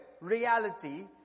reality